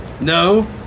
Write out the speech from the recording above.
no